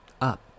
up